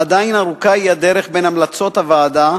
עדיין ארוכה היא הדרך בין המלצות הוועדה,